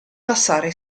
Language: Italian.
passare